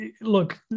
Look